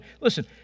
listen